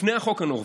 לפני החוק הנורבגי,